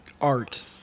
art